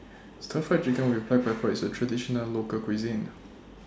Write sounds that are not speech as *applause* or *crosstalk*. Stir Fried Chicken *noise* with Black Pepper IS A Traditional Local Cuisine